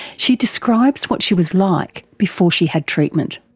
she describes what she was like before she had treatment.